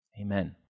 Amen